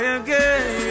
again